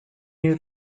near